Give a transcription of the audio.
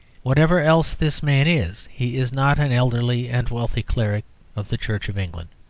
whatever else this man is, he is not an elderly and wealthy cleric of the church of england.